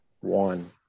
One